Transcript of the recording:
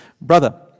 Brother